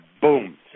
boom